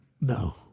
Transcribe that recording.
No